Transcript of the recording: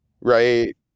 right